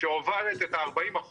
שעוברת את 40%,